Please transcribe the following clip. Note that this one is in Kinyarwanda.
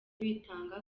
bitanga